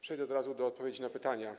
Przejdę od razu do odpowiedzi na pytania.